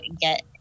get